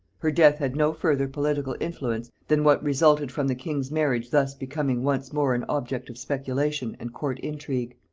her death had no further political influence than what resulted from the king's marriage thus becoming once more an object of speculation and court intrigue.